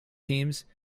teams